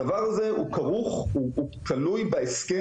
הדבר הזה הוא תלוי בהסכם,